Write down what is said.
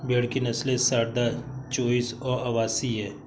भेड़ की नस्लें सारदा, चोइस और अवासी हैं